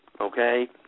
Okay